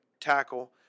tackle